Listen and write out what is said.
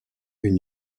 une